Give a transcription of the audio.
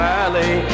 Valley